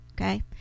Okay